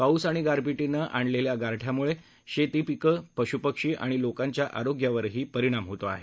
पाऊस आणि गारपिटीने आणलेल्या गारठ्यामुळे शेती पिकं पशुपक्षी आणि लोकांच्या आरोग्यावरही परिणाम होतो आहे